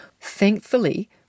thankfully